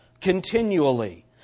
continually